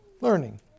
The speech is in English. learning